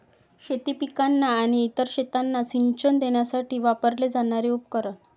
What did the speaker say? शेती पिकांना आणि इतर शेतांना सिंचन देण्यासाठी वापरले जाणारे उपकरण